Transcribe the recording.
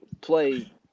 play